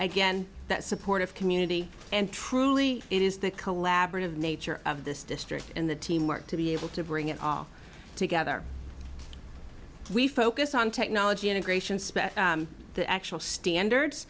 again that supportive community and truly it is the collaborative nature of this district and the teamwork to be able to bring it all together we focus on technology integration spec the actual standards